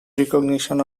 recognition